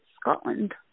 Scotland